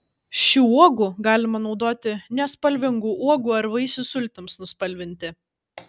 šių uogų galima naudoti nespalvingų uogų ar vaisių sultims nuspalvinti